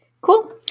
Cool